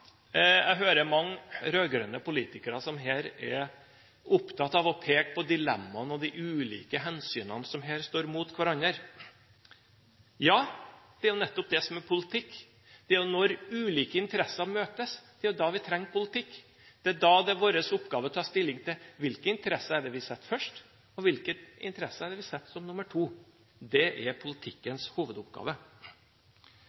Jeg hører mange rød-grønne politikere som er opptatt av å peke på dilemmaene og de ulike hensynene som her står mot hverandre. Ja, det er nettopp det som er politikk. Det er når ulike interesser møtes at vi trenger politikk. Det er da det er vår oppgave å ta stilling til hvilken interesse er det vi setter først, og hvilken interesse er det vi setter som nr. to. Det er